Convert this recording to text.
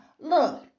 Look